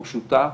הוא שותף,